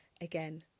Again